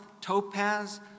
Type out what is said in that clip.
topaz